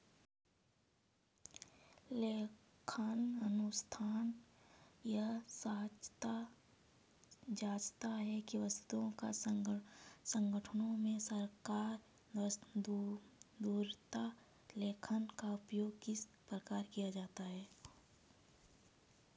लेखांकन अनुसंधान यह जाँचता है कि व्यक्तियों संगठनों और सरकार द्वारा लेखांकन का उपयोग किस प्रकार किया जाता है